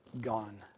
gone